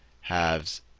halves